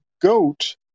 goat